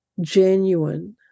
genuine